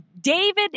David